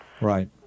Right